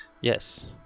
Yes